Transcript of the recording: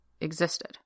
existed